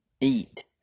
eat